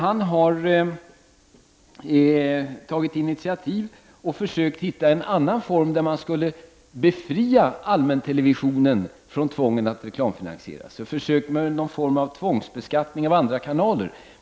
Han har försökt att komma fram till en uppläggning som skulle befria allmäntelevisionen från tvånget att reklamfinansiera sig, genom en form av tvångsbeskattning av andra kanaler.